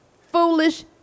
foolish